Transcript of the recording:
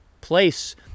place